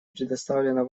предоставлена